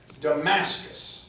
Damascus